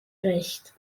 recht